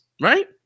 right